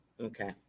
Okay